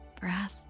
Breath